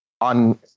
on